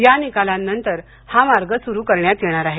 या निकालानंतर हा मार्ग सुरू करण्यात येणार आहे